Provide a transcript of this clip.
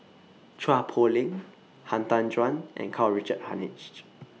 Chua Poh Leng Han Tan Juan and Karl Richard Hanitsch